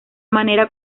manera